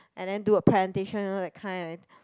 and then do a presentation that kind